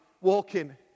walking